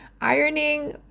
ironing